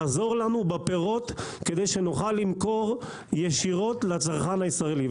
לעזור לנו בפירות כדי שנוכל למכור ישירות לצרכן הישראלי.